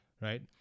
right